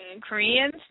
Koreans